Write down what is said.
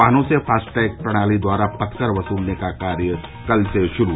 वाहनों से फास्टैग प्रणाली द्वारा पथकर वसूलने का कार्य कल से शुरू